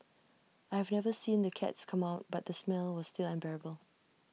I have never seen the cats come out but the smell was still unbearable